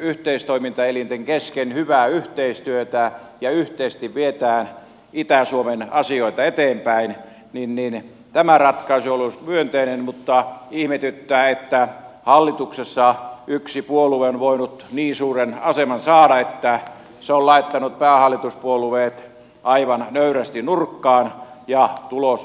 yhteistoimintaelinten kesken hyvää yhteistyötä ja yhteisesti viedään itä suomen asioita eteenpäin niin että tämä ratkaisu olisi myönteinen mutta ihmetyttää että hallituksessa yksi puolue on voinut niin suuren aseman saada että se on laittanut päähallituspuolueet aivan nöyrästi nurkkaan ja tulos on näkyvissä